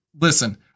Listen